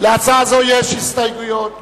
להצעה זו יש הסתייגויות.